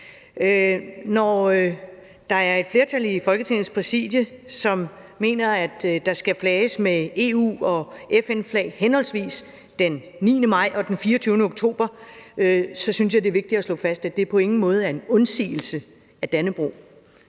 Når der er et flertal i Folketingets Præsidium, som mener, at der skal flages med EU- og FN-flag henholdsvis den 9. maj og den 24. oktober, synes jeg, det er vigtigt at slå fast, at det på ingen måde er en undsigelse af Dannebrog